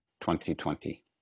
2020